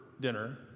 dinner